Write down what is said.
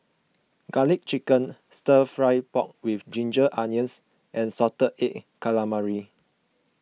Garlic Chicken Stir Fry Pork with Ginger Onions and Salted Egg Calamari